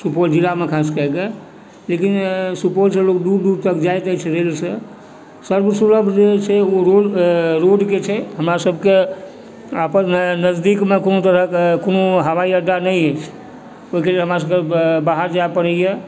सुपौल जिलामे खास कए कऽ लेकिन सुपौलसँ लोग दूर दूर तक जाइत अछि रेलसँ सर्व सुलभ जे छै ओ रोडके छै हमरा सभके अपन नजदीकमे कोनो तरहक कोनो हवाइ अड्डा नहि अछि ओहिके लेल हमरा सभके बाहर जाइ पड़ैए